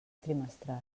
trimestral